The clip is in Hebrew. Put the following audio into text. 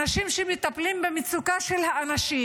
אנשים שמטפלים במצוקה של האנשים,